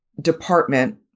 department